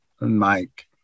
mike